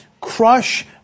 crush